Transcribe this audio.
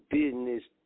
Business